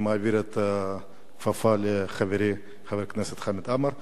אני מעביר את הכפפה לחברי, חבר הכנסת חמד עמאר.